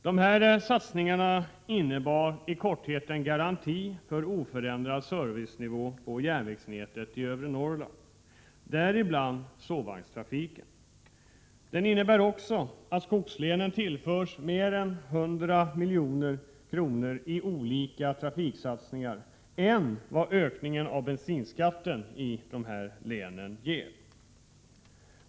Dessa satsningar innebär i korthet en garanti för oförändrad servicenivå på järnvägsnätet i övre Norrland, däribland sovvagnstrafiken. De innebär också att skogslänen tillförs mer än 100 milj.kr. i olika trafiksatsningar utöver vad ökningen av bensinskatten i dessa län ger.